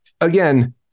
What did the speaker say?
again